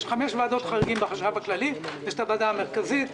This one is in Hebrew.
יש חמש ועדות חריגים בחשב הכללי: יש את הוועדה המרכזית,